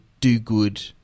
do-good